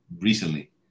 recently